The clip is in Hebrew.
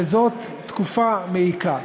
וזאת תקופת מעיקה,